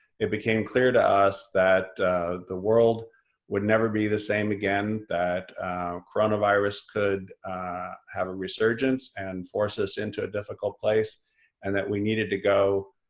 it became clear to us that the world would never be the same again that coronavirus could have a resurgence and force us into a difficult place and that we needed to go